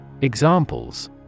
Examples